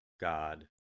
God